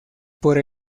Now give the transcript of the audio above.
por